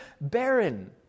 barren